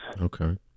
Okay